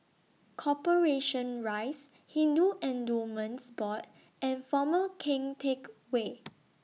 Corporation Rise Hindu Endowments Board and Former Keng Teck Whay